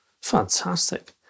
Fantastic